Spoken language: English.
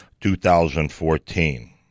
2014